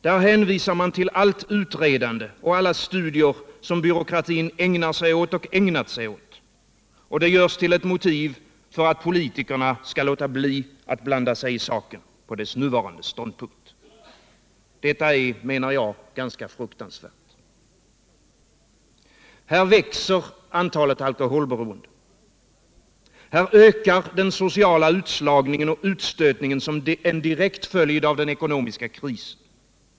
Där hänvisar man till allt utredande och alla studier som byråkratin ägnar sig åt och har ägnat sig åt, och det görs till ett motiv för att politikerna skall låta bli att blanda sig i saken på dess nuvarande ståndpunkt. Det är, menar jag, ganska fruktansvärt. Här växer antalet alkoholberoende. Här ökar den sociala utslagningen och utstötningen som en direkt följd av den ekonomiska krisen.